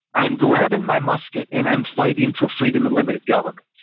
i'm grabbing my musket and i'm fighting for freedom and limited government.